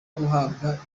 kubakwa